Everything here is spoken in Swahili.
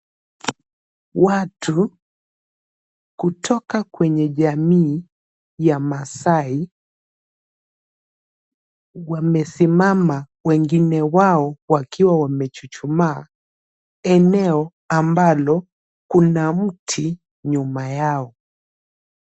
Watu kutoka kwenye jamii ya Maasai wamesimama wengine wao wakiwa wamechuchumaa eneo ambalo kuna mti nyuma yao.